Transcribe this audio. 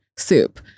Soup